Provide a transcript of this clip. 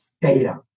data